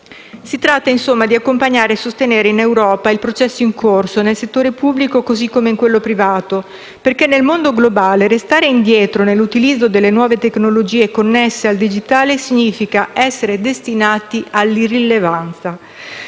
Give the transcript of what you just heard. Si tratta, insomma, di accompagnare e sostenere in Europa il processo in corso, nel settore pubblico così come in quello privato, perché nel mondo globale restare indietro nell'utilizzo delle nuove tecnologie connesse al digitale significa essere destinati alla irrilevanza.